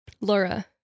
Laura